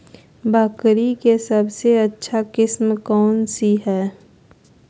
बकरी के सबसे अच्छा किस्म कौन सी है?